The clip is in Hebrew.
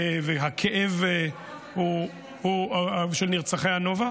גם למשפחות, עסקנו קודם במילואימניקים,